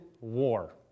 war